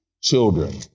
children